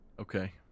Okay